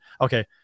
okay